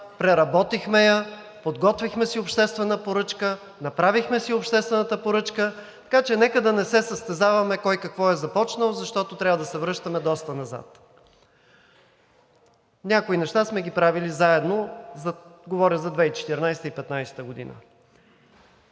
преработихме я, подготвихме си обществена поръчка, направихме си обществената поръчка, така че нека да не се състезаваме кой какво е започнал, защото трябва да се връщаме доста назад. Някои неща сме ги правили заедно. Говоря за 2014 – 2015 г.